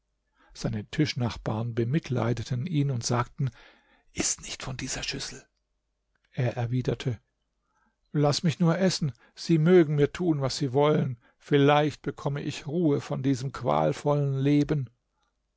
seine tischnachbarn bemitleideten ihn und sagten iß nicht von dieser schüssel er erwiderte laß mich nur essen sie mögen mir tun was sie wollen vielleicht bekomme ich ruhe von diesem qualvollen leben